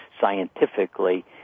scientifically